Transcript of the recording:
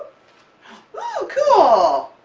oh cool!